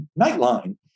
Nightline